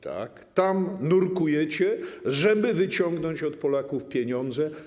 Tam nurkujecie, żeby wyciągnąć od Polaków pieniądze.